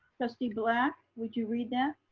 trustee black, would you read that?